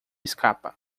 escapa